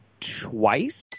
twice